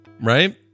Right